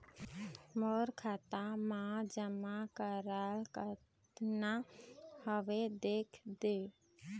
मोर खाता मा जमा कराल कतना हवे देख देव?